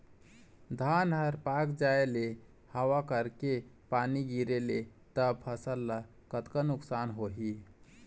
धान हर पाक जाय ले हवा करके पानी गिरे ले त फसल ला कतका नुकसान होही?